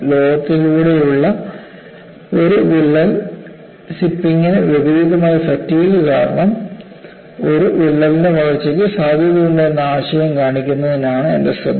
ലോഹത്തിലൂടെയുള്ള ഒരു വിള്ളൽ സിപ്പിംഗിന് വിപരീതമായി ഫാറ്റിഗ് കാരണം ഒരു വിള്ളലിന്റെ വളർച്ചയ്ക്ക് സാധ്യതയുണ്ട് എന്ന ആശയം കാണിക്കുന്നതിനാണ് എൻറെ ശ്രദ്ധ